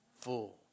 full